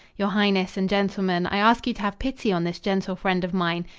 your highness and gentlemen, i ask you to have pity on this gentle friend of mine.